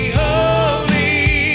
holy